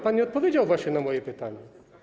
Pan nie odpowiedział właśnie na moje pytania.